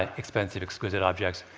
ah expensive, exquisite objects.